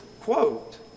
quote